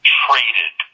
traded